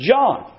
John